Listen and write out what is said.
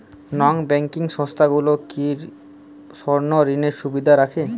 নন banking সংস্থাগুলো কি স্বর্ণঋণের সুবিধা রাখে?